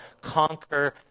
conquer